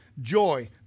joy